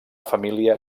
família